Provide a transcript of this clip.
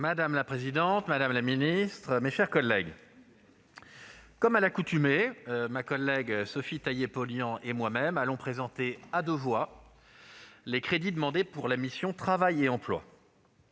Madame la présidente, madame la ministre, mes chers collègues, comme à l'accoutumée, ma collègue Sophie Taillé-Polian et moi-même allons présenter, à deux voix, les crédits demandés par le Gouvernement pour